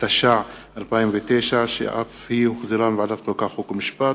התש"ע 2009, שהחזירה ועדת החוקה, חוק ומשפט.